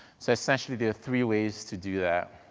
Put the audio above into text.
so essentially there are three ways to do that.